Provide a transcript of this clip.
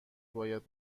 باید